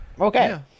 Okay